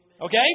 Okay